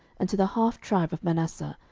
and to the half tribe of manasseh,